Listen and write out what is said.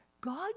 God